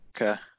Okay